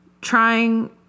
trying